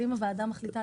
את זה הבנו.